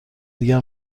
دیگر